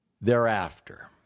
thereafter